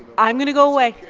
i'm going to go away.